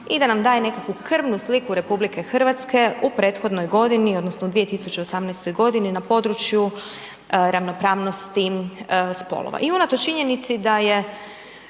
i da nam daje nekakvu krvnu sliku Republike Hrvatske u prethodnoj godini odnosno 2018. godini na području ravnopravnosti spolova. I unatoč činjenici da je